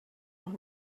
noch